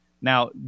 now